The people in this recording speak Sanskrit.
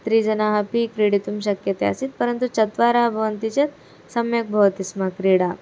त्रिजनाः अपि क्रीडितुं शक्यते आसीत् परन्तु चत्वारः भवन्ति चेत् सम्यक् भवति स्म क्रीडा